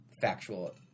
factual